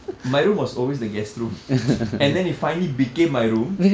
my room was always the guest room and then it finally became my room